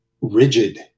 rigid